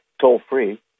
toll-free